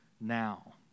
now